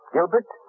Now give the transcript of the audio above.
Gilbert